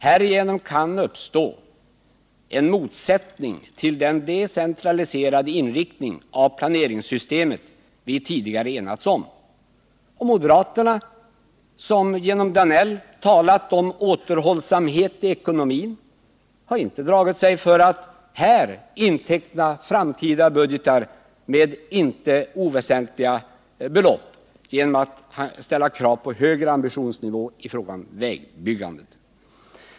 Häri kan också ligga en motsättning till den decentraliserade inriktning av planeringssystemet som vi tidigare enats om. Moderaterna, som genom Georg Danell har talat om återhållsamhet i ekonomin, har inte dragit sig för att här inteckna framtida budgetar med inte oväsentliga belopp genom att ställa krav på högre ambitionsnivå i fråga om vägbyggandet.